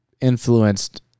influenced